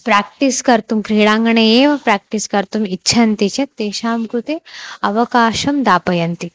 practice कर्तुं क्रीडाङ्गणे एव प्रेक्टिस् कर्तुम् इच्छन्ति चेत् तेषां कृते अवकाशं दापयन्ति